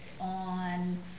on